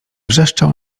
wrzeszczał